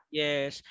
yes